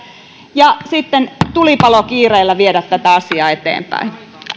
ja sitten tulipalokiireellä viedä tätä asiaa eteenpäin